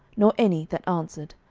nor any that answered.